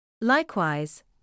Likewise